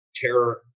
terror